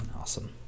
awesome